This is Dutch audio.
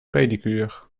pedicure